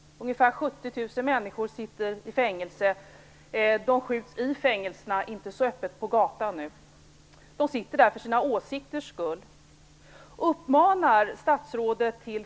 Ungefär 70 000 människor sitter i fängelse. De skjuts i fängelserna och inte så öppet på gatan nu. De sitter där för sina åsikters skull.